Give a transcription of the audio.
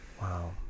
Wow